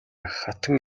хатан